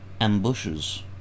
ambushes